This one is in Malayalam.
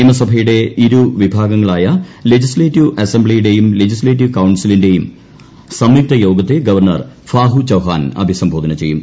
നിയമസഭയുടെ ഇരുവിഭാഗങ്ങളായ ലെജിസ്ത്രേറ്റീവ് അസംബ്ലിയുടെയും ലെജിസ്തേറ്റീവ് കൌൺസിലിന്റെയും സംയുക്ത യോഗത്തെ ഗവർണർ ഫാഗു ചൌഹാൻ അഭിസംബോധന ചെയ്യും